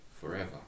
forever